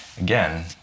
Again